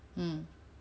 mm